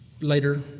later